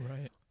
right